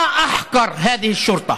(אומר דברים בשפה הערבית,